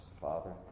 Father